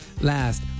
Last